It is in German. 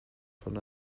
von